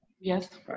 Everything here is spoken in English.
yes